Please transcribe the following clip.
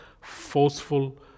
forceful